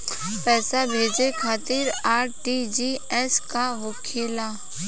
पैसा भेजे खातिर आर.टी.जी.एस का होखेला?